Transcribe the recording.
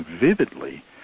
vividly